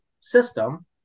system